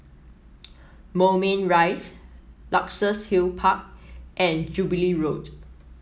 Moulmein Rise Luxus Hill Park and Jubilee Road